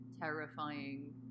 terrifying